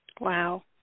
Wow